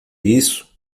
isso